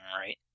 right